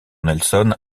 nelson